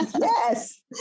yes